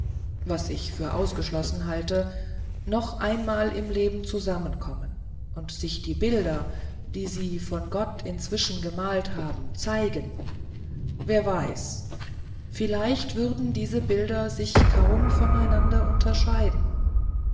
was ich für ausgeschlossen halte noch einmal im leben zusammenkommen und sich die bilder die sie von gott inzwischen gemalt haben zeigen wer weiß vielleicht würden diese bilder sich kaum von einander unterscheiden